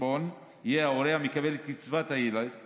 בחשבון יהיה ההורה המקבל את קצבת הילדים